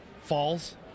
falls